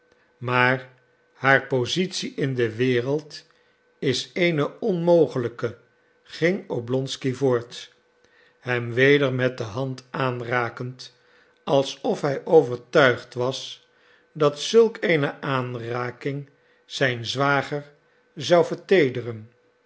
maar haar positie in de wereld is eene onmogelijke ging oblonsky voort hem weder met de hand aanrakend alsof hij overtuigd was dat zulk eene aanraking zijn zwager zou